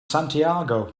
santiago